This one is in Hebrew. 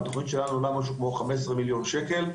היא עולה כ-15 מיליון שקל,